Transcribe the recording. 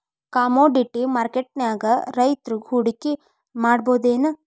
Commodity ಮಾರ್ಕೆಟ್ನ್ಯಾಗ್ ರೈತ್ರು ಹೂಡ್ಕಿ ಮಾಡ್ಬಹುದೇನ್?